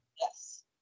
Yes